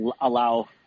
allow